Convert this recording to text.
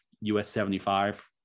US-75